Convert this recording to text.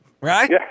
Right